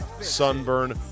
sunburn